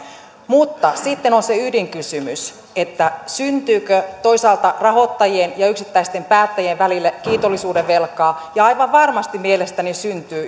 mutta sitten on se ydinkysymys syntyykö toisaalta rahoittajien ja yksittäisten päättäjien välille kiitollisuudenvelkaa ja aivan varmasti mielestäni syntyy